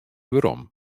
werom